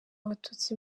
abatutsi